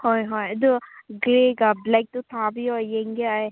ꯍꯣꯏ ꯍꯣꯏ ꯑꯗꯨ ꯒ꯭ꯔꯦꯒ ꯕ꯭ꯂꯦꯛꯇꯨ ꯊꯥꯕꯤꯌꯣ ꯌꯦꯡꯒꯦ ꯑꯩ